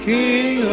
King